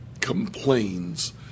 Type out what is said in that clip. complains